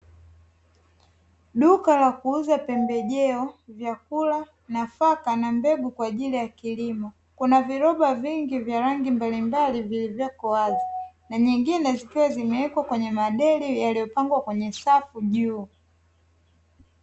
Duka la kuuza pembejeo vyakula nafaka na mbegu kwa ajili ya kilimo kuna viroba vingi vya rangi mbalimbali vilivyoko wazi na nyingine zikiwa zimewekwa kwenye madeli yaliyopangwa kwenye safu juu.